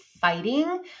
fighting